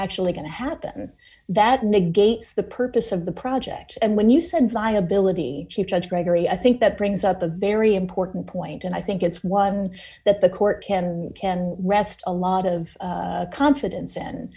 actually going to happen that negates the purpose of the project and when you said viability judge gregory i think that brings up a very important point and i think it's one that the court can rest a lot of confidence